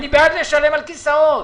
אני בעד לשלם על כיסאות.